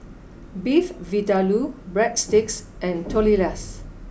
Beef Vindaloo Breadsticks and Tortillas